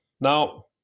Now